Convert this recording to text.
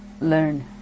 learn